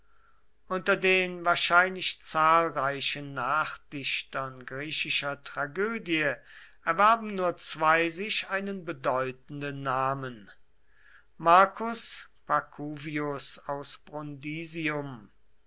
unter den wahrscheinlich zahlreichen nachdichtern griechischer tragödie erwerben nur zwei sich einen bedeutenden namen marcus pacuvius aus